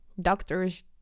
Doctors